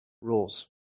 rules